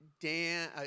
Dan